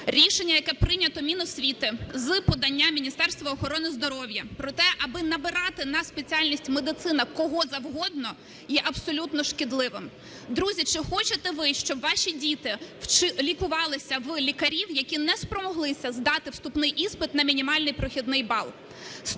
Рішення, яке прийнято Міносвіти з подання Міністерства охорони здоров'я про те, аби набирати на спеціальність "медицина" кого завгодно, є абсолютно шкідливим. Друзі, чи хочете ви, щоб ваші діти лікувалися в лікарів, які не спромоглися здати вступний іспит на мінімальний прохідний бал?